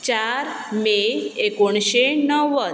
चार मे एकोणशे णव्वद